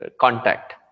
contact